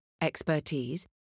expertise